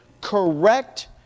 Correct